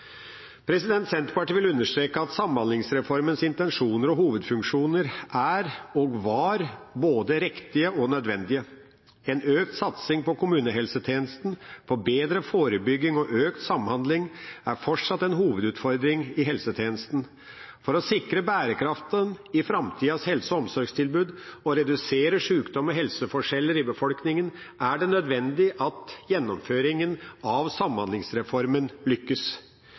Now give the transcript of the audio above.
Senterpartiet vil understreke at samhandlingsreformens intensjoner og hovedfunksjoner er og var både riktige og nødvendige. En økt satsing på kommunehelsetjenesten, bedre forebygging og økt samhandling er fortsatt en hovedutfordring i helsetjenesten. For å sikre bærekraften i framtidas helse- og omsorgstilbud og redusere sjukdom og helseforskjeller i befolkningen er det nødvendig at gjennomføringen av samhandlingsreformen lykkes.